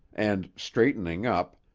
and, straightening up,